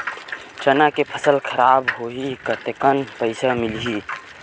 चना के फसल खराब होही कतेकन पईसा मिलही?